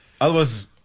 Otherwise